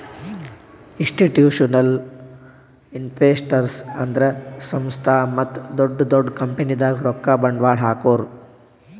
institutional investors ಅಂದ್ರ ಸಂಸ್ಥಾ ಮತ್ತ್ ದೊಡ್ಡ್ ದೊಡ್ಡ್ ಕಂಪನಿದಾಗ್ ರೊಕ್ಕ ಬಂಡ್ವಾಳ್ ಹಾಕೋರು